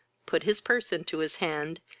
put his purse into his hand,